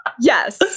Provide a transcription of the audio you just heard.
Yes